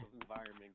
environment